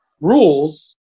rules